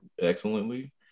excellently